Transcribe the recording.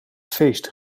feest